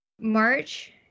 March